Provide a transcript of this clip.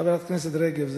חברת הכנסת רגב.